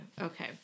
Okay